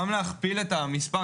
להכפיל את המספר.